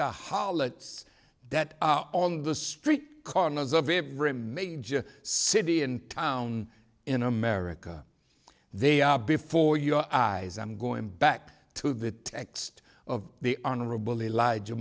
the khalid's that on the street corners of every major city and town in america they are before your eyes i'm going back to the text of the honorable elijah